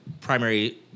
primary